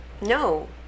No